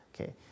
Okay